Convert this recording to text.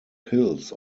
hills